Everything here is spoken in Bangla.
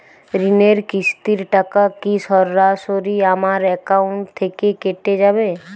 ঋণের কিস্তির টাকা কি সরাসরি আমার অ্যাকাউন্ট থেকে কেটে যাবে?